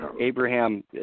Abraham